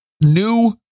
new